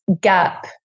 gap